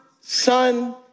Son